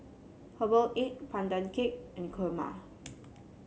Herbal Egg Pandan Cake and Kurma